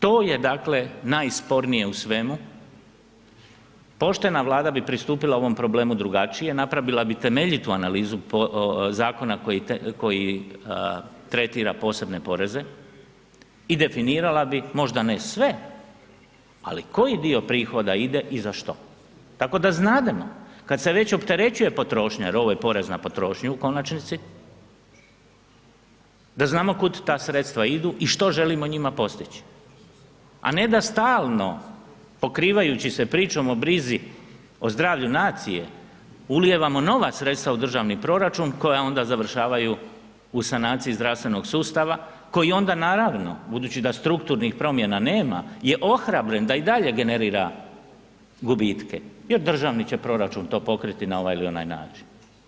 To je najspornije u svemu, poštena Vlada bi pristupila ovom problemu drugačije, napravila bi temeljitu analizu zakona koji tretira posebne poreze i definirala bi, možda ne sve, ali koji dio prihoda ide i za što, tako da znademo kada se već opterećuje potrošnja jer ovo je porezna potrošna u konačnici, da znamo kud ta sredstva idu i što želimo njima postići, a ne da stalno pokrivajući se pričom o brizi o zdravlju nacije ulijevamo nova sredstva u državni proračun koja onda završavaju u sanaciji zdravstvenog sustava, koji onda naravno, budući da strukturnih promjena nema, je ohrabren da i dalje generira gubitke jer državni će proračun to pokriti na ovaj ili onaj način.